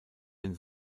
den